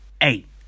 Eight